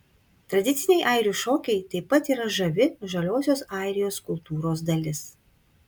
tradiciniai airių šokiai taip pat yra žavi žaliosios airijos kultūros dalis